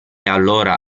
allora